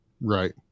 Right